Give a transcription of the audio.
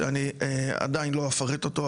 שאני עדיין לא אפרט אותו,